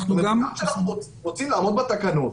אנחנו רוצים לעמוד בתקנות,